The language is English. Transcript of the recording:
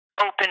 open